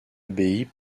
abbaye